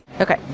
Okay